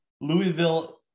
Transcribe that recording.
Louisville